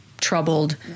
troubled